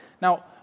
Now